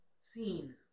seen